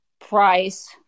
Price